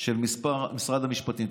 של משרד המשפטים.